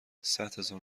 صدهزار